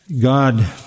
God